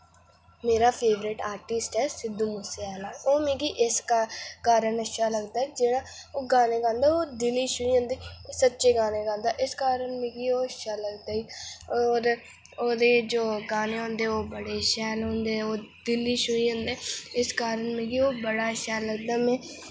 मेरा favourite artist ऐ सिद्धु मूसेवाला ओह् मिगी इस कारण अच्छा लगदा की जेह्ड़ा ओह् गाने गांदा ओह् दिलै ई छूही जंदे ते सच्चे गाने गांदा ते इस कारण मिगी ओह् अच्छा लगदा ई होर ओह्दे जेह्ड़े गाने होंदे ओह् बड़े शैल होंदे दिलै ई छूही जंदे इस कारण मिगी ओह् बड़ा अच्छा लगदा में